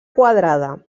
quadrada